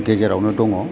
गेजेरावनो दङ